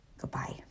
goodbye